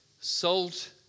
salt